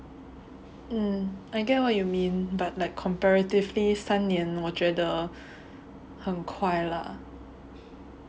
um I get what you mean but like comparatively 三年我觉得很快 lah